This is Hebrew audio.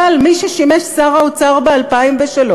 אבל מי ששימש שר האוצר ב-2003,